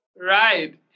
Right